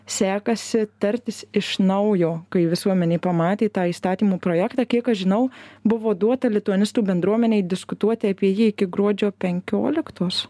sekasi tartis iš naujo kai visuomenė pamatė tą įstatymų projektą kiek aš žinau buvo duota lituanistų bendruomenei diskutuoti apie jį iki gruodžio penkioliktos